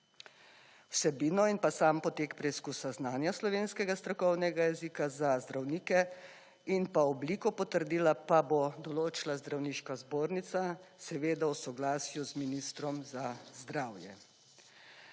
Vsebino in pa sam potek preizkusa znanja slovenskega strokovnega jezika za zdravnike in pa obliko potrdila, pa bo določila Zdravniška zbornica seveda v soglasju z ministrom za zdravje.